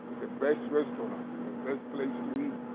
the best restaurants, the best place to eat.